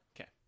Okay